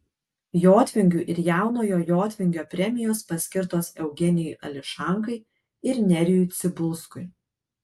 jotvingių ir jaunojo jotvingio premijos paskirtos eugenijui ališankai ir nerijui cibulskui